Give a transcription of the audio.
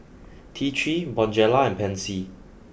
T three Bonjela and Pansy